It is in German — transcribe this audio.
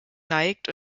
neigt